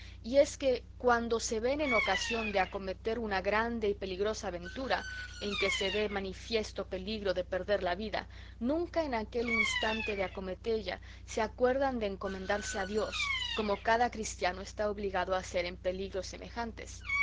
y es que cuando se ven en ocasión de acometer una grande y peligrosa aventura en que se vee manifiesto peligro de perder la vida nunca en aquel instante de acometella se acuerdan de encomendarse a dios como cada cristiano está obligado a hacer en peligros semejantes